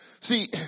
See